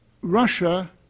Russia